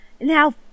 Now